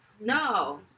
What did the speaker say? no